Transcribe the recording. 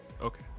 Okay